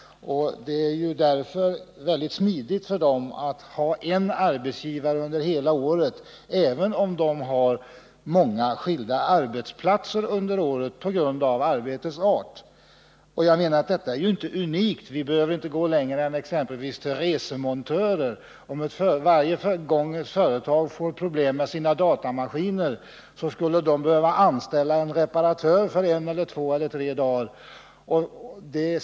Det är därför smidigt för dem att ha en arbetsgivare under hela året, även om de på grund av arbetets art har många skilda arbetsplatser under året. Detta är inte unikt. Vi behöver inte gå längre än till exempelvis resemontörer. Det vore orimligt om ett företag varje gång det fick problem med sina datamaskiner skulle behöva anställa en reparatör för några dagar.